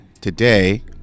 today